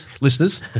listeners